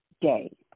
day